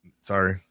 sorry